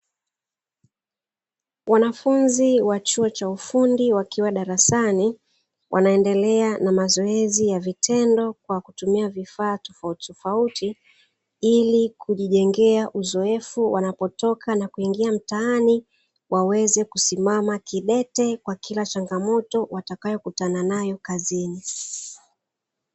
Wanafunzi wa chuo cha ufundi wakiwa darasani wanaendelea na mazoezi ya vitendo kwa kutumia vifaa tofauti tofauti, ili kujijengea uzoefu wakitoka na kuingia mtaani waweze kusimama kidete kwa changamoto watakazokutana nazo kazini.